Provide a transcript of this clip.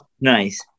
Nice